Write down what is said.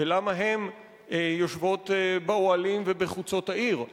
למה הן יושבות באוהלים ובחוצות העיר?